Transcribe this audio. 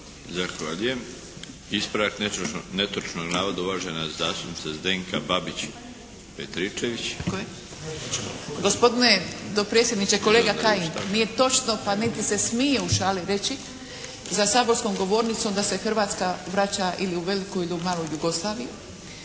Zahvaljujem. Ispravak netočnog navoda, uvažena zastupnica Zdenka Babić Petričević. **Babić-Petričević, Zdenka (HDZ)** Gospodine dopredsjedniče. Kolega Kajin nije točno, pa niti se smije u šali reći za saborskom govornicom da se Hrvatska vraća ili u veliku ili u malu Jugoslaviji.